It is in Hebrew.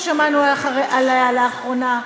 ששמענו עליה לאחרונה,